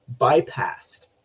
bypassed